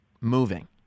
moving